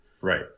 Right